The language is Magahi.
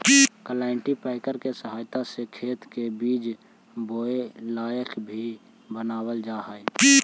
कल्टीपैकर के सहायता से खेत के बीज बोए लायक भी बनावल जा हई